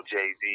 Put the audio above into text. Jay-Z